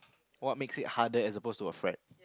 what makes it harder as oppose to a friend